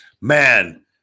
man